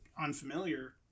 unfamiliar